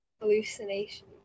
hallucination